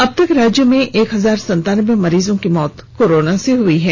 अब तक राज्य में एक हजार सनतानबे मरीज की मौत कोरोना से हुई हैं